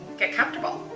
get comfortable.